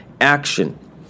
action